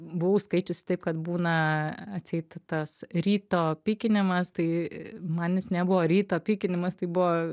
buvau skaičiusi taip kad būna atseit tas ryto pykinimas tai man jis nebuvo ryto pykinimas tai buvo